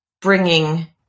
bringing